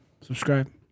subscribe